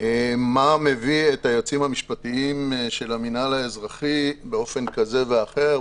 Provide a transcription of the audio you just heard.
מה מביא את היועצים המשפטיים של המינהל האזרחי באופן כזה ואחר,